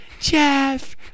Jeff